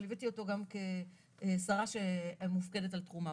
אבל ליוויתי אותו גם כשרה שמופקדת על תחום העבודה.